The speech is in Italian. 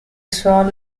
suolo